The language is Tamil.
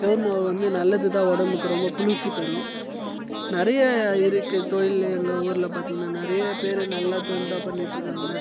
கேவுர் மாவு வந்து நல்லது தான் உடம்புக்கு ரொம்ப குளிர்ச்சி தரும் நிறைய இருக்குது தொழில் எங்கள் ஊரில் பார்த்தீங்கன்னா நிறைய பேர் நல்லா தொழில் தான் பண்ணிகிட்ருக்காங்க